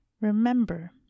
Remember